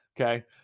Okay